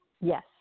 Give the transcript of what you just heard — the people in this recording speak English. Yes